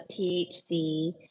THC